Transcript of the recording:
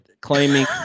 claiming